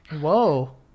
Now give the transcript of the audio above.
whoa